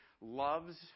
loves